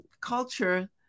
culture